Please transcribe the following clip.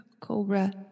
cobra